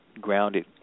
grounded